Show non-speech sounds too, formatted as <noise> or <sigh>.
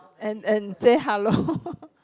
and and say hello <laughs>